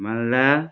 Malda